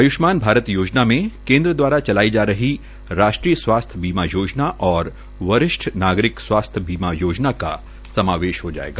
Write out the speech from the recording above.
आयुष्मान भारत योजना में केन्द्र द्वारा चलाई जा रही राष्ट्रीय स्वास्थ्य बीमा योजना और वरिष्ठ नागरिक स्वास्थ्य बीमा योजना का समावेश हो जायेगा